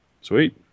sweet